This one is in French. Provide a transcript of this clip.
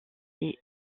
est